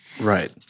Right